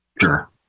sure